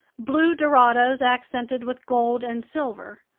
blue dorados accented with gold and silver,